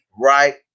right